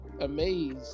amazed